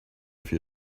few